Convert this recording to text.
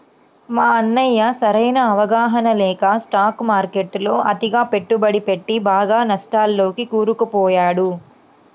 మా అన్నయ్య సరైన అవగాహన లేక స్టాక్ మార్కెట్టులో అతిగా పెట్టుబడి పెట్టి బాగా నష్టాల్లోకి కూరుకుపోయాడు